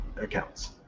accounts